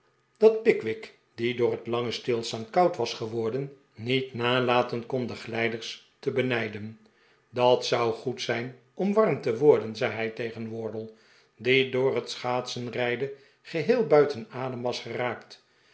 dat pickwick die door net lange stilstaan koud was geworden niet nalaten kon de glijders te benijden dat zou goed zijn om warm te worden zei hij tegen wardle die door het schaatsenrijden geheel buiten adem was geraakt